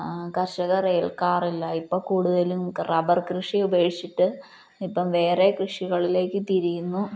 കർഷകരേൽക്കാറില്ല ഇപ്പോള് കൂടുതലും റബ്ബർ കൃഷി ഉപേക്ഷിച്ചിട്ട് ഇപ്പോള് വേറെ കൃഷികളിലേക്കു തിരിയുന്നു